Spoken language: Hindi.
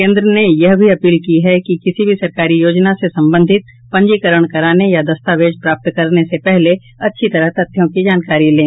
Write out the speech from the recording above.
केंद्र ने यह भी अपील की है कि किसी सरकारी योजना से संबंधित पंजीकरण कराने या दस्तावेज प्राप्त करने से पहले अच्छी तरह तथ्यों की जानकारी लें